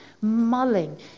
mulling